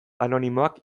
anonimoak